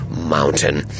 mountain